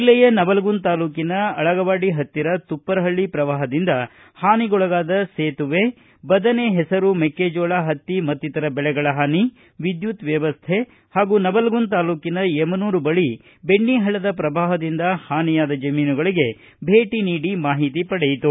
ಜಿಲ್ಲೆಯ ನವಲಗುಂದ ತಾಲೂಕಿನ ಅಳಗವಾಡಿ ಹತ್ತಿರ ತುಪ್ಪರಿಹಳ್ಳ ಪ್ರವಾಹದಿಂದ ಹಾನಿಗೊಳಗಾದ ಸೇತುವೆ ಬದನೆ ಹೆಸರು ಮೆಕ್ಕೆಜೋಳ ಹತ್ತಿ ಮತ್ತಿತರ ಬೆಳೆಗಳ ಹಾನಿ ವಿದ್ಯುತ್ ವ್ಯವಸ್ಥೆ ಹಾಗೂ ನವಲಗುಂದ ತಾಲೂಕಿನ ಯಮನೂರು ಬಳಿ ಬೆಣ್ಣಿಹಳ್ಳದ ಪ್ರವಾಹದಿಂದ ಹಾನಿಯಾದ ಜಮೀನುಗಳಿಗೆ ಭೇಟಿ ನೀಡಿ ಮಾಹಿತಿ ಪಡೆಯಿತು